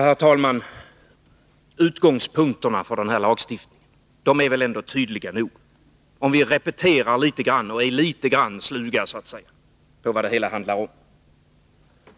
Herr talman! Utgångspunkterna för den här lagstiftningen är väl ändå tydliga nog, om vi repeterar litet grand och är litet grand sluga, så att säga, när det gäller vad det hela handlar om.